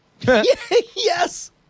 Yes